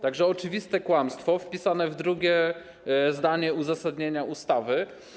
Tak że oczywiste kłamstwo wpisane w drugie zdanie uzasadnienia ustawy.